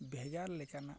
ᱵᱷᱮᱜᱟᱨ ᱞᱮᱠᱟᱱᱟᱜ